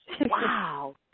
Wow